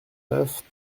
neuf